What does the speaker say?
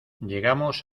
llegamos